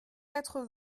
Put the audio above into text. quatre